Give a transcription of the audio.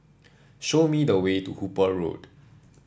show me the way to Hooper Road